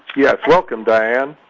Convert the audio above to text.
yes, welcome diane.